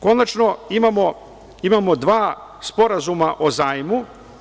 Konačno, imamo dva sporazuma o zajmu.